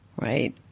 Right